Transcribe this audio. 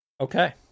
Okay